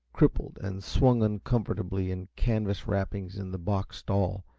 crippled and swung uncomfortably in canvas wrappings in the box stall,